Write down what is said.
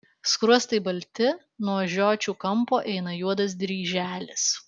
skruostai balti nuo žiočių kampo eina juodas dryželis